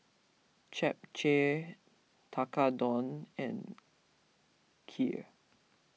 Japchae Tekkadon and Kheer